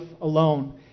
alone